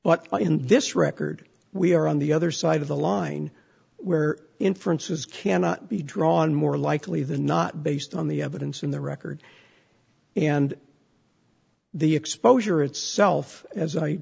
but in this record we are on the other side of the line where inferences cannot be drawn more likely than not based on the evidence in the record and the exposure itself as i